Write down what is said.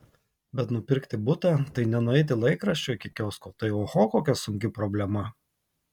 bet nupirkti butą tai ne nueiti laikraščio iki kiosko tai oho kokia sunki problema